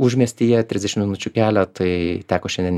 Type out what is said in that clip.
užmiestyje trisdešimt minučių kelio tai teko šiandien